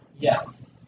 Yes